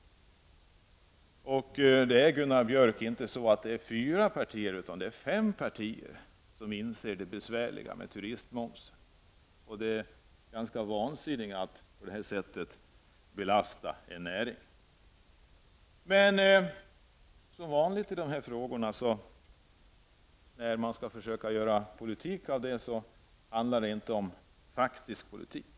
Och, Gunnar Björk, det är inte fyra utan fem partier som inser hur besvärlig turistmomsen är och att det är ganska vansinnigt att på detta sätt belasta en näring. Som vanligt i frågor av det här slaget handlar det, när man skall försöka göra politik av det hela, inte om faktisk politik.